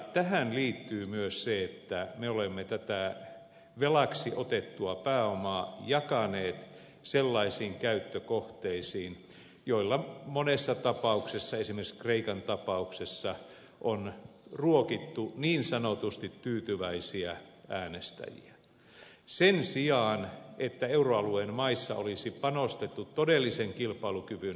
tähän liittyy myös se että me olemme tätä velaksi otettua pääomaa jakaneet sellaisiin käyttökohteisiin joilla monessa tapauksessa esimerkiksi kreikan tapauksessa on ruokittu niin sanotusti tyytyväisiä äänestäjiä sen sijaan että euroalueen maissa olisi panostettu todellisen kilpailukyvyn aikaansaamiseen